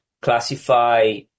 classify